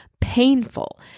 painful